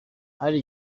hari